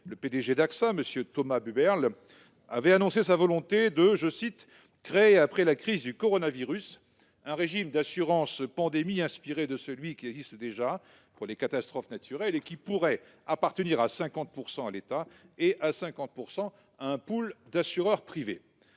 général d'Axa, M. Thomas Buberl, avait annoncé sa volonté de « créer après la crise du coronavirus un régime d'assurance pandémie inspiré de celui qui existe déjà pour les catastrophes naturelles et qui pourrait appartenir à 50 % à l'État et à 50 % à un pool d'assureurs privés ».